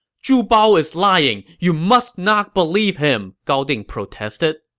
zhu bao is lying! you must not believe him! gao ding protested